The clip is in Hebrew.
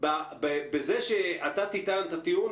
עבודת המטה לקראת החלטת הממשלה ויישום